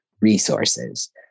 resources